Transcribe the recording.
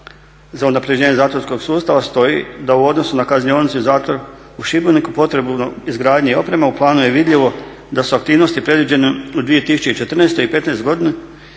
za unapređenje zatvorskog sustava stoji da u odnosu na kaznionice i zatvor u Šibeniku potrebna izgradnja i oprema u planu je vidljivo da su aktivnosti predviđene u 2014. i '15.-oj godini